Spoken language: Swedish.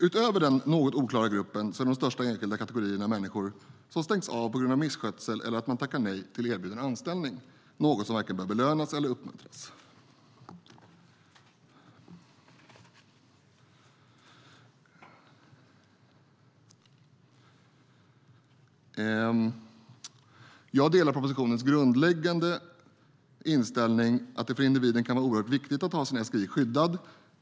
Utöver denna något oklara grupp är de största enskilda kategorier människor sådana som stängs av på grund av misskötsel eller att man har tackat nej till erbjuden anställning - något som varken bör belönas eller uppmuntras. Jag delar propositionens grundläggande inställning att det för individen kan vara oerhört viktigt att ha sin SGI skyddad.